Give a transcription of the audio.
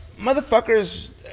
motherfucker's